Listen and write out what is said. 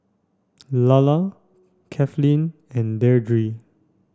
Lalla Kathlene and Deirdre